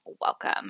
welcome